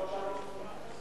אבל הוא אמר עובדה לא נכונה.